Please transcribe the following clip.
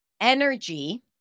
energy